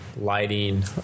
lighting